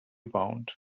bound